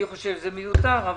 אני חושב שזה מיותר.